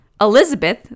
Elizabeth